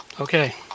Okay